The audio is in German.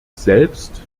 selbst